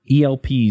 ELPs